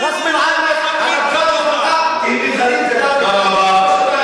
"ראס בין עינו" המשא-ומתן, נא לסיים.